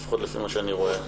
לפחות לפי מה שאני רואה.